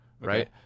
right